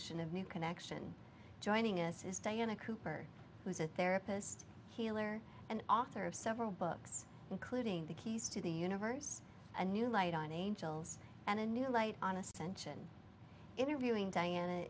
of new connection joining us is diana cooper who's a therapist healer and author of several books including the keys to the universe a new light on angels and a new light on ascension interviewing diana